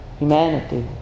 humanity